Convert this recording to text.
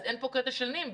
אז אין פה קטע של נמב"י.